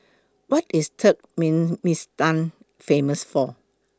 What IS Turkmenistan Famous For